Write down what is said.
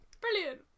brilliant